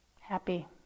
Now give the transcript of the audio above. happy